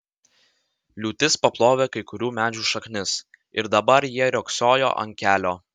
liūtis paplovė kai kurių medžių šaknis ir dabar jie riogsojo ant kelio